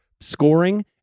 scoring